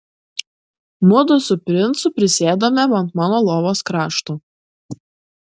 mudu su princu prisėdome ant mano lovos krašto